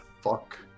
fuck